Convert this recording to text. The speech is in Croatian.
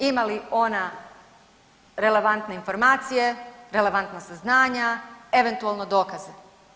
Ima li ona relevantne informacije, relevantna saznanja, eventualno dokaze.